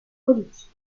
politiques